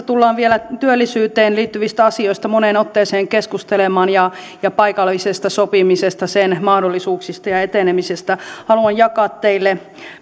tullaan vielä työllisyyteen liittyvistä asioista moneen otteeseen keskustelemaan ja ja paikallisesta sopimisesta sen mahdollisuuksista ja etenemisestä haluan jakaa teille